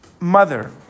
Mother